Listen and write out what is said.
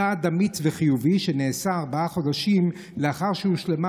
צעד אמיץ וחיובי שנעשה ארבעה חודשים לאחר שהושלמה